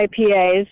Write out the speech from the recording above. IPAs